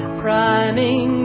priming